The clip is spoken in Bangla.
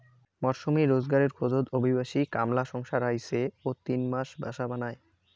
মরসুমী রোজগারের খোঁজত অভিবাসী কামলা সংসার আইসে ও তিন মাস বাসা বানায়